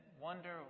wonder